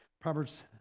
Proverbs